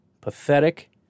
pathetic